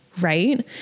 right